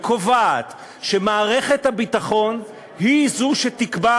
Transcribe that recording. היא קובעת שמערכת הביטחון היא זו שתקבע